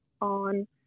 on